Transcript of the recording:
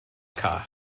cae